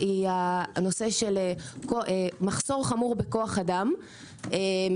היא המחסור החמור בכוח אדם מיומן.